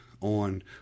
on